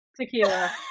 tequila